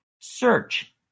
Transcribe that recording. Search